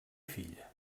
filla